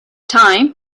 time